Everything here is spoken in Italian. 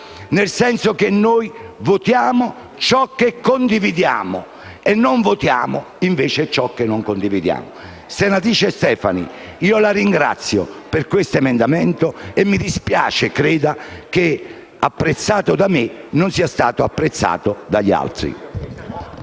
nel senso che votiamo ciò che condividiamo e non votiamo ciò che non condividiamo. Senatrice Stefani, la ringrazio per questo emendamento e mi dispiace, creda, che apprezzato da me, non sia stato apprezzato dagli altri.